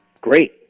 Great